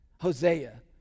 Hosea